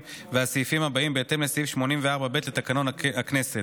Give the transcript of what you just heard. והסעיפים הבאים בהתאם לסעיף 84(ב) לתקנון הכנסת.